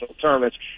tournaments